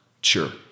sure